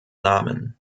namen